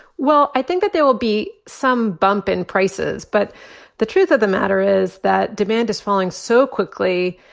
well, i think that there will be some bump in prices. but the truth of the matter is that demand is falling so quickly,